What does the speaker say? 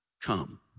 come